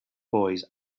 boys